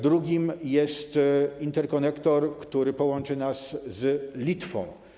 Drugim jest interkonektor, który połączy nas z Litwą.